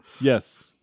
yes